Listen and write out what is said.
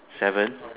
seven